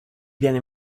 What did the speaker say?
viene